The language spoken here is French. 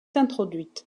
introduite